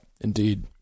Indeed